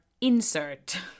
insert